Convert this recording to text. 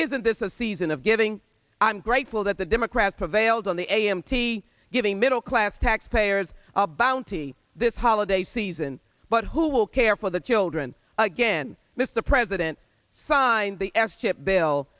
isn't this a season of giving i'm grateful that the democrats avails on the a m t giving middle class taxpayers a bounty this holiday season but who will care for the children again if the president signed the s chip bill